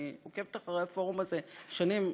אני עוקבת אחרי הפורום הזה שנים,